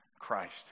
Christ